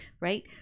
Right